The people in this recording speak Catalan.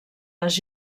les